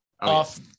off